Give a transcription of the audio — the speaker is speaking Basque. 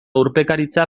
urpekaritza